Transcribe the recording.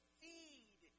feed